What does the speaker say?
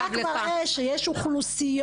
זה רק מראה שיש אוכלוסיות,